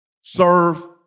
serve